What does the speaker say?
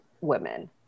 women